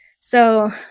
So-